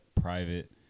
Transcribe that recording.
private